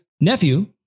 nephew